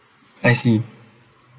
I see